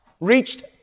reached